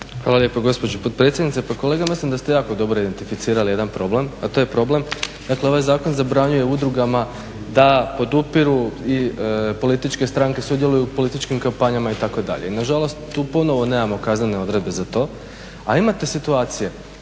Hvala lijepo gospođo potpredsjednice. Pa kolega mislim da ste jako dobro identificirali jedan problem, a to je problem dakle ovaj zakon zabranjuje udrugama da podupiru političke stranke, sudjeluju u političkim kampanjama itd. Nažalost tu ponovno nemamo kaznene odredbe za to. A imate situacije,